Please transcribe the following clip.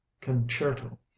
concerto